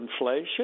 inflation